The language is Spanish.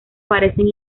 parecen